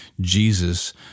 Jesus